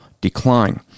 decline